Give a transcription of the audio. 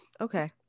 Okay